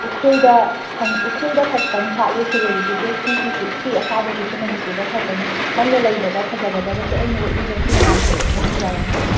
ꯎꯈ꯭ꯔꯨꯜꯗ ꯐꯪ ꯎꯈ꯭ꯔꯨꯜꯗ ꯈꯇꯪ ꯁꯥꯠꯂꯦ ꯁꯤꯔꯣꯏ ꯂꯤꯂꯤꯁꯦ ꯁꯤꯁꯤꯁꯨ ꯁꯤ ꯑꯁꯥꯕꯁꯤꯁꯨ ꯃꯅꯤꯄꯨꯔꯗ ꯈꯇꯅꯦ ꯅꯪꯅ ꯂꯩꯕꯗ ꯐꯖꯒꯗꯕꯁꯦ ꯑꯩꯅ ꯎꯠꯂꯤꯕ ꯁꯤ ꯃꯌꯥꯝ ꯁꯦ ꯂꯣꯏꯅ ꯐꯖꯔꯅꯤ